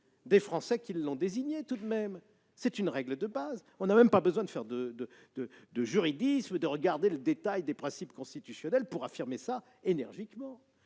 des Français qui l'ont désigné. C'est tout de même une règle de base, il n'est même pas besoin de faire du juridisme, d'entrer dans le détail des principes constitutionnels pour l'affirmer énergiquement